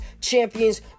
champions